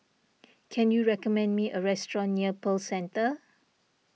can you recommend me a restaurant near Pearl Centre